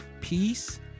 peace